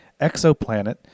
Exoplanet